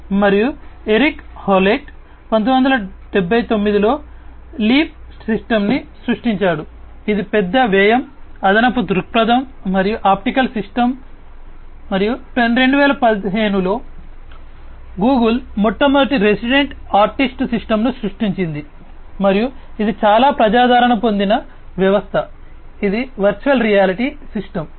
మరియు Eric Howlett 1979 లో LEEP సిస్టమ్ను సృష్టించాడు ఇది పెద్ద వ్యయం అదనపు దృక్పథం ఆప్టికల్ సిస్టమ్ మరియు 2015 లో గూగుల్ మొట్టమొదటి రెసిడెంట్ ఆర్టిస్ట్ సిస్టమ్ను సృష్టించింది మరియు ఇది చాలా ప్రజాదరణ పొందిన వ్యవస్థ ఇది వర్చువల్ రియాలిటీ సిస్టమ్